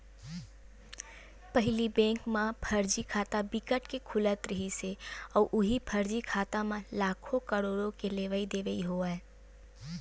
पहिली बेंक म फरजी खाता बिकट के खुलत रिहिस हे अउ उहीं फरजी खाता म लाखो, करोड़ो के लेवई देवई होवय